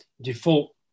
default